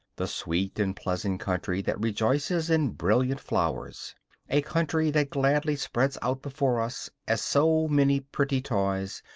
the sweet and pleasant country that rejoices in brilliant flowers a country that gladly spreads out before us, as so many pretty toys,